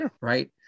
right